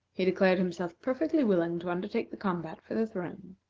he declared himself perfectly willing to undertake the combat for the throne.